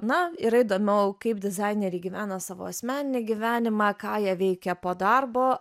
na yra įdomiau kaip dizaineriai gyvena savo asmeninį gyvenimą ką jie veikia po darbo